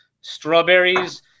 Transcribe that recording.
Strawberries